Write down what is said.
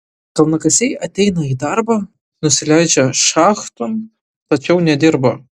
kalnakasiai ateina į darbą nusileidžia šachton tačiau nedirba